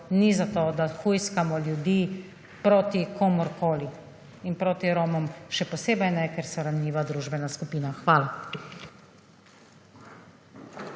ni zato, da hujskamo ljudi proti komurkoli in proti Romom še posebej ne, ker so ranljiva družbena skupina. Hvala.